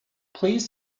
please